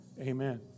Amen